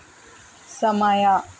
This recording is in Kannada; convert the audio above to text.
ಸಮಯ